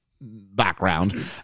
background